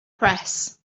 press